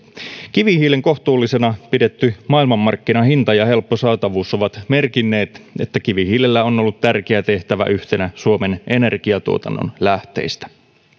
kivihiilen kohtuullisena pidetty maailmanmarkkinahinta ja helppo saatavuus ovat merkinneet että kivihiilellä on ollut tärkeä tehtävä yhtenä suomen energiatuotannon lähteistä